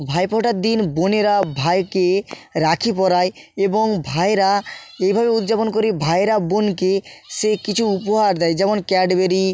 ভাই ফোঁটার দিন বোনেরা ভাইকে রাখি পরায় এবং ভাইয়েরা এইভাবে উদ্যাপন করি ভাইয়েরা বোনকে সে কিছু উপহার দেয় যেমন ক্যাডবেরি